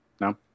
no